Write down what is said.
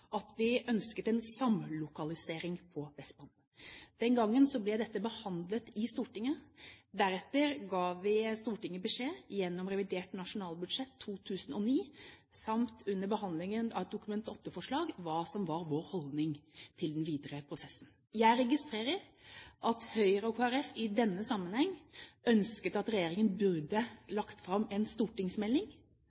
at vi ønsket en samlokalisering på Vestbanen. Den gangen ble dette behandlet i Stortinget. Deretter ga vi Stortinget beskjed, gjennom revidert nasjonalbudsjett 2009 samt under behandlingen av et Dokument nr. 8-forslag, om hva som var vår holdning til den videre prosessen. Jeg registrerer at Høyre og Kristelig Folkeparti i denne sammenheng ønsket at regjeringen